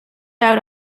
out